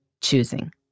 choosing